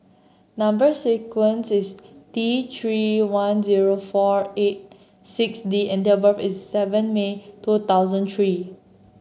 number sequence is T Three one zero four eight six D and date of birth is seven May two thousand three